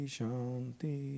shanti